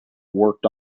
worked